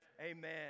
Amen